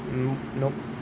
mm no